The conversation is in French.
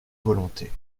volontés